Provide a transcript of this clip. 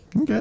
okay